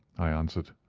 i answered.